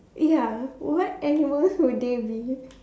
ya what animals would they be